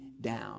down